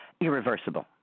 irreversible